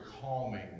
calming